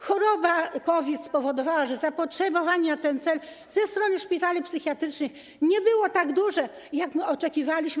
Choroba COVID spowodowała, że zapotrzebowanie na ten cel ze strony szpitali psychiatrycznych nie było tak duże, jak oczekiwaliśmy.